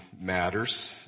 matters